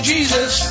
Jesus